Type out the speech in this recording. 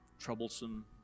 Troublesome